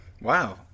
Wow